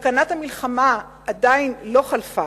וסכנת המלחמה עדיין לא חלפה.